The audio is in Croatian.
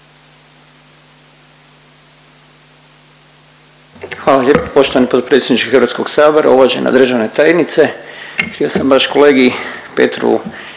lijepo poštovani potpredsjedniče Hrvatskog sabora. Uvažena državna tajniče htio sam baš kolegi Petrovu